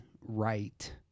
right